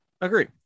Agree